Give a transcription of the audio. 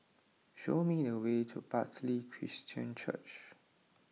show me the way to Bartley Christian Church